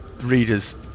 Readers